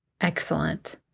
Excellent